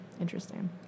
interesting